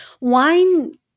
wine